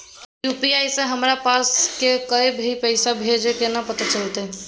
UPI से हमरा पास जे कोय भी पैसा भेजतय केना पता चलते?